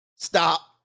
Stop